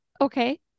Okay